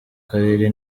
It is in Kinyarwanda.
karere